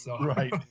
Right